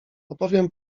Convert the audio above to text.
opowiem